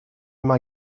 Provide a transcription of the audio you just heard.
mae